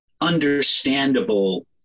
understandable